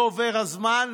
לא עובר הזמן,